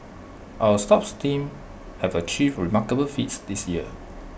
our sports teams have achieved remarkable feats this year